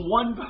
one